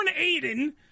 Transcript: Aiden